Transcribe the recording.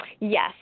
Yes